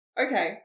Okay